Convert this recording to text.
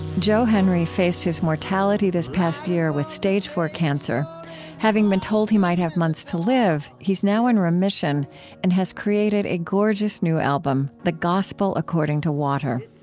joe henry faced his mortality this past year with stage iv cancer having been told he might have months to live, he's now in remission and has created a gorgeous new album the gospel according to water.